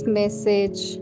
message